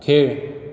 खेळ